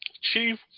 Chief